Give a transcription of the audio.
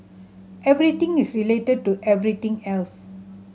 everything is related to everything else